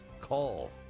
call